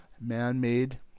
man-made